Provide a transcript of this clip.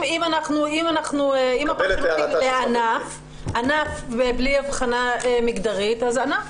אם הפרשנות היא לענף וענף בלי הבחנה מגדרית אז ענף.